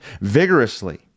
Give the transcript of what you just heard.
Vigorously